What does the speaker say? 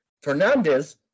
Fernandez